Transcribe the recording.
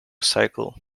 cycle